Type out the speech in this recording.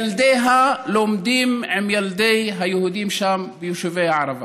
ילדיה לומדים עם ילדי היהודים שם ביישובי הערבה.